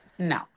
no